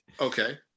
Okay